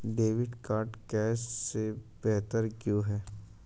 Debit card cash से बेहतर क्यों है?